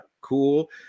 cool